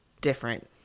different –